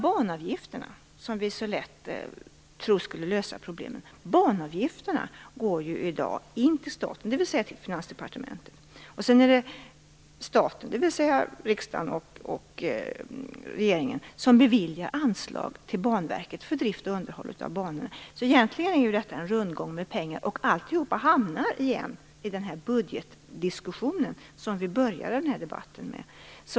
Många tror att banavgifterna skulle lösa problemen. I dag går de ju in till staten, dvs. till Finansdepartementet, sedan är det staten, dvs. riksdagen och regeringen, som beviljar anslag till Banverket för drift och underhåll av banorna. Egentligen är ju detta en rundgång med pengar, och alltihop hamnar igen i den budgetdiskussion som vi började den här debatten med.